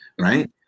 right